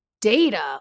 data